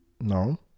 no